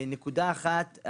נקודה אחת,